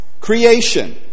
Creation